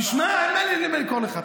תשמע, אין לי מה לקרוא לך.